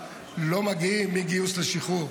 לא מגיעים מגיוס לשחרור.